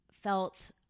felt